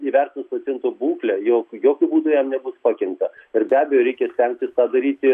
įvertinus paciento būklę jog jokiu būdu jam nebus pakenkta ir be abejo reikia stengtis tą daryti